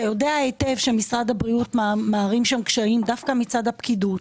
אתה יודע היטב שמשרד הבריאות מערים שם קשיים דווקא מצד הפקידות.